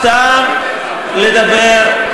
סתם לדבר,